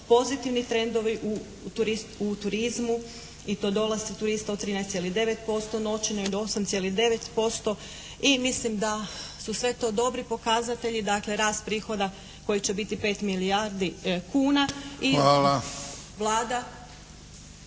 pozitivni trendovi u turizmu i to dolasci turista od 13,9%, noćenje od 8,9% i mislim da su sve to dobri pokazatelji, dakle rast prihoda koji će biti 5 milijardi kuna.